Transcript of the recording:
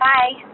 Bye